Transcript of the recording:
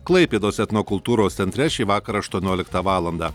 klaipėdos etnokultūros centre šį vakarą aštuonioliktą valandą